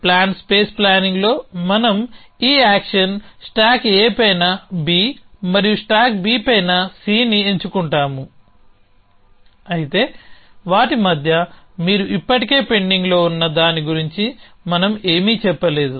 plan space ప్లానింగ్లో మనం ఈ యాక్షన్ స్టాక్ A పైన B మరియు స్టాక్ B పైన Cని ఎంచుకుంటాము అయితే వాటి మధ్య మీరు ఇప్పటికే పెండింగ్లో ఉన్న దాని గురించి మనం ఏమీ చెప్పలేదు